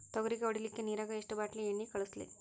ತೊಗರಿಗ ಹೊಡಿಲಿಕ್ಕಿ ನಿರಾಗ ಎಷ್ಟ ಬಾಟಲಿ ಎಣ್ಣಿ ಕಳಸಲಿ?